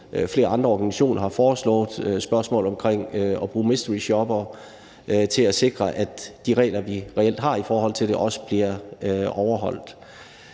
flere andre organisationer har foreslået, nemlig spørgsmålet om at bruge mysteryshoppere til at sikre, at de regler, vi reelt har i forhold til det, også bliver overholdt.